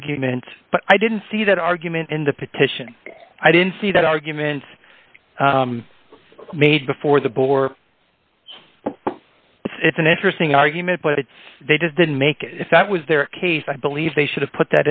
argument but i didn't see that argument in the petition i didn't see that arguments made before the board it's an interesting argument but they just didn't make it if that was their case i believe they should have put